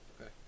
Okay